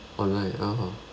online (uh huh)